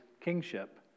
kingship